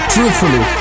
Truthfully